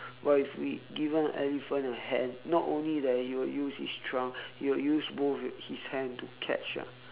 but if we give an elephant a hand not only that it will use his trunk he will use both his hand to catch ah